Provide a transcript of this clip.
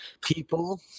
people